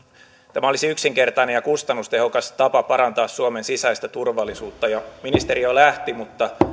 tämä olisi yksinkertainen ja kustannustehokas tapa parantaa suomen sisäistä turvallisuutta ministeri jo lähti mutta